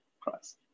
price